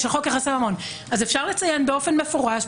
אפשר לציין באופן מפורש,